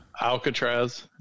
Alcatraz